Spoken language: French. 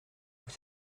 vous